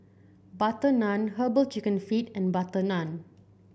butter naan herbal chicken feet and butter naan